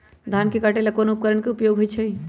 धान के काटे का ला कोंन उपकरण के उपयोग होइ छइ?